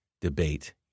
debate